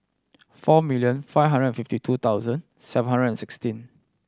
four million five hundred and fifty two thousand seven hundred and sixteen